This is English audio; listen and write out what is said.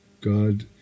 God